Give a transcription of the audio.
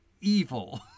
evil